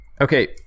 okay